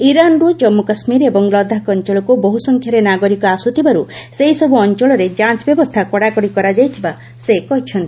ଇରାନରୁ ଜାଞ୍ଚୁ କାଶ୍କୀର ଏବଂ ଲଦାଖ ଅଞ୍ଚଳକୁ ବହୁସଂଖ୍ୟାରେ ନାଗରିକ ଆସୁଥିବାରୁ ସେହିସବୁ ଅଞ୍ଚଳରେ ଯାଞ୍ଚ ବ୍ୟବସ୍ଥା କଡ଼ାକଡ଼ି କରାଯାଇଥିବା ସେ କହିଛନ୍ତି